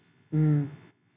mm